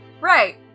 right